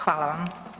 Hvala vam.